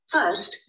First